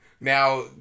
now